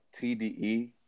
TDE